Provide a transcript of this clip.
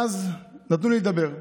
ואז נתנו לי לדבר.